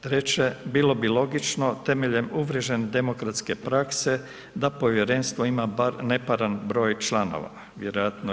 Treće, bilo bi logično, temeljem uvržene demokratske prakse, da povjerenstvo ima neparan broj članova, vjerojatno 11.